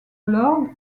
lord